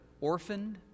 orphaned